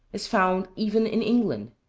is found even in england.